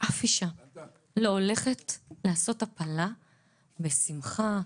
לא הולכת לעשות הפלה בשמחה,